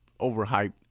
overhyped